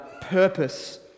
purpose